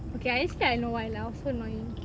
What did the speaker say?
okay honestly I know why lah I was so annoying